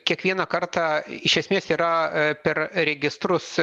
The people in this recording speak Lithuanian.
kiekvieną kartą iš esmės yra per registrus